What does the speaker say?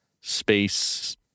space